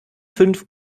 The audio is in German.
fünf